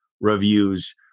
reviews